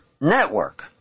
network